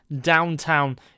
Downtown